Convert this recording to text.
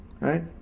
Right